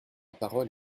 parole